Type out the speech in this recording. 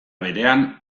berean